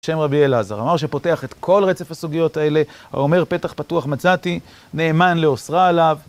בשם רבי אלעזר, מאמר שפותח את כל רצף הסוגיות האלה, האומר פתח פתוח מצאתי, נאמן לאוסרה עליו.